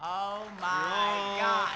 oh my god